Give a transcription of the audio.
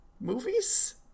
movies